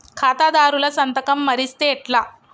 ఖాతాదారుల సంతకం మరిస్తే ఎట్లా?